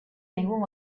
ningún